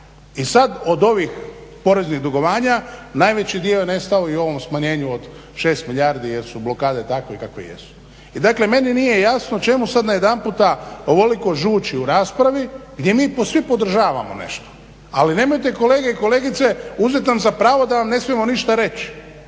i sad od ovih poreznih dugovanja najveći dio je nestao i u ovom smanjenju od 6 milijardi jer su blokade takve kakve jesu. I dakle meni nije jasno čemu sad najedanputa ovoliko žuči u raspravi gdje mi svi podržavamo nešto. Ali nemojte kolege i kolegice uzet nam za pravo da vam ne smijemo ništa reći.